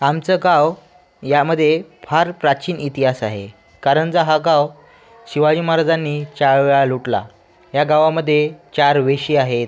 आमचं गाव यामध्ये फार प्राचीन इतिहास आहे कारंजा हा गाव शिवाजी महाराजांनी चारवेळा लुटला या गावामध्ये चार वेशी आहेत